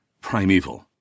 primeval